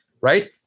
right